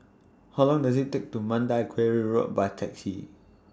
How Long Does IT Take to Mandai Quarry Road By Taxi